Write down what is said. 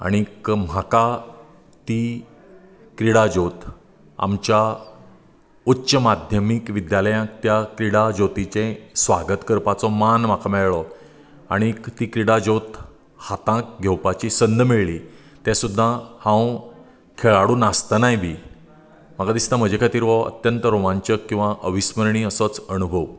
आनी म्हाका ती क्रिडा ज्योत आमच्या उच्च माध्यमीक विद्यालयांत त्या क्रिडा ज्योतीचें स्वागत करपाचो मान म्हाका मेळ्ळो आनी ती क्रिडा ज्योत हातांत घेवपाची संद मेळ्ळी तें सुद्दां हांव खेळाडू नासतनाय बी म्हाका दिसता म्हजे खातीर हो अत्यंत रोमांचक किंवा अविस्मरणीय असोच अणभव